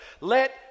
let